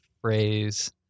phrase